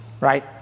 right